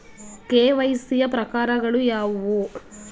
KYC ಯ ಪ್ರಕಾರಗಳು ಯಾವುವು?